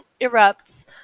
erupts